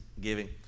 giving